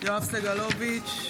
יואב סגלוביץ'